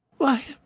why,